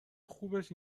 خوبش